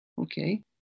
Okay